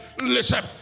listen